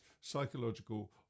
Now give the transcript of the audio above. psychological